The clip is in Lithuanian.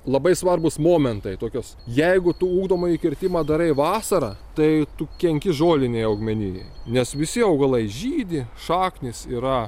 labai svarbūs momentai tokios jeigu tu ugdomąjį kirtimą darai vasarą tai tu kenki žolinei augmenijai nes visi augalai žydi šaknys yra